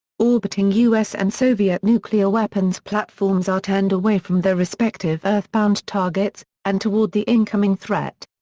orbiting u s. and soviet nuclear weapons platforms are turned away from their respective earthbound targets, and toward the incoming threat.